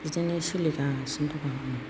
बिदिनो सोलिगासिनो दं आङो